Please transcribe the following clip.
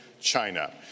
China